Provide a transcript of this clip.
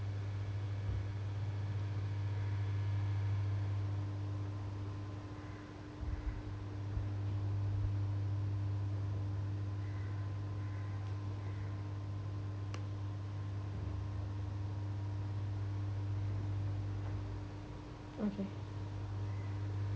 okay